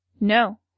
No